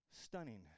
Stunning